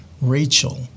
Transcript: Rachel